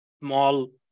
small